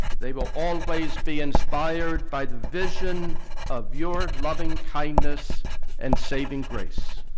they will always be inspired by the vision of your loving kindness and saving grace.